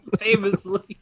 famously